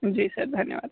जी sir धन्यवाद